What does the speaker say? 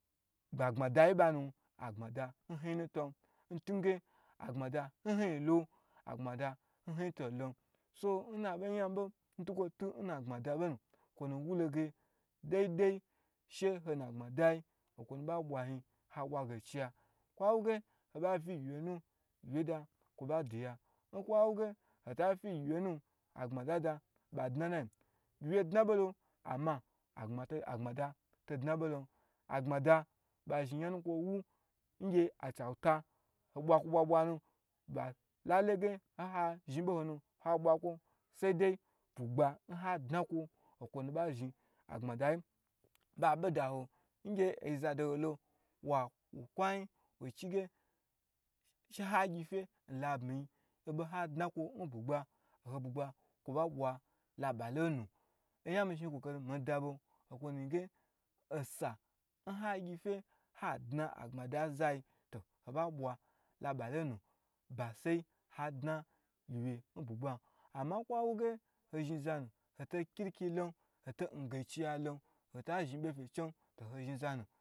Agba da yi ba nu agbmada hn hn nu ton agbmada hn hn to lo so nna be nya mibo ntukwo tu na gbmada bonu kwo nu wu loge dai dai she ho na gbadayi okwo nu wuge okwonu ba bwa zhin ha bwa gaiciya hawu ge hobavi gyi wye nu gyiwye da kwo ba di ya, nkwo wu ge hota vi gyi wye na agbada da ba dna nnayi gyiwye dna bo lo ama agbma da to dna bo lon agbmada kwo zhin oyanu nkwo wu ngye achawta abwakwo bwa bwa nu ba sai hawuge hoyi ha zhi bo ha na ha bwa kwon sai dai bubga n ha dna kwo nkwo nu ba zhin agbada ba be da ho ngye oyi zado ho lo wokwa yi won ge she ha gyi fe nbo dna bugba ho ba dwa laba lonu oyan mi zhni kakari mi da bo okwo nu yin ge osa oya gyi fe ha dna agbmada nza yi toho ba bwa laba lonu ba ba sai ha dna gyiwye n bugba ama nkwa wuge hozhin zanu hoto kiliki lon hotai gaiciya lon hota zhin bo fechen